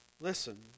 Listen